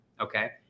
okay